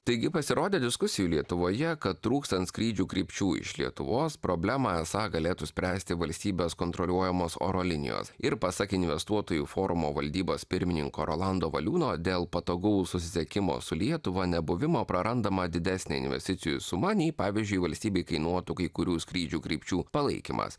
taigi pasirodė diskusijų lietuvoje kad trūkstant skrydžių krypčių iš lietuvos problemą esą galėtų spręsti valstybės kontroliuojamos oro linijos ir pasak investuotojų forumo valdybos pirmininko rolando valiūno dėl patogaus susisiekimo su lietuva nebuvimo prarandama didesnė investicijų suma nei pavyzdžiui valstybei kainuotų kai kurių skrydžių krypčių palaikymas